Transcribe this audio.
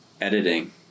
editing